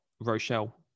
Rochelle